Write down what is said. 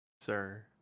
Sir